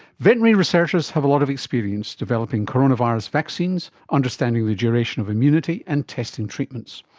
veterinary researchers have a lot of experience developing coronavirus vaccines, understanding the duration of immunity and testing treatments.